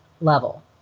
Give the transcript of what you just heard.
level